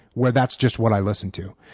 where that's just what i listened to.